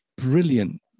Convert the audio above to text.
brilliant